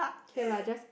K lah just